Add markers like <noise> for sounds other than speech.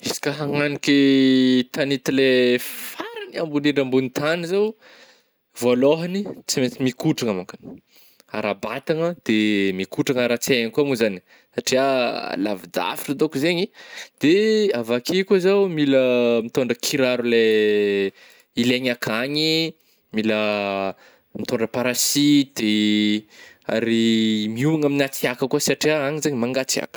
Izy ka hagnaniky <hesitation> tagnety le faragny ambony indrindra ambogn'ny tany zao, voalôhany tsy maintsy mikotragna mankony <noise> ara-batagna de mikotragna ara-tsaigna koa mo zany satria <hesitation> lavidavitra dôko zegny, de avy akeo koa zaho mila mitôndra kiraro le <hesitation> ilaigny akagny, mila <hesitation> mitôndra parasity ih, ary miomagna amin'ny hatsiàka koa satria agny zany mangatsiàka.